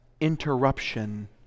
interruption